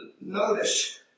notice